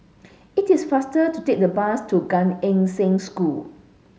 it is faster to take the bus to Gan Eng Seng School